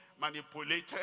manipulated